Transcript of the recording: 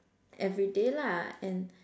everyday lah and